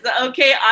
okay